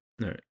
right